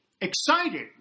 excited